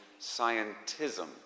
scientism